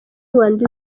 rwanda